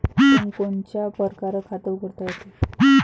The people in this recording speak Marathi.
कोनच्या कोनच्या परकारं खात उघडता येते?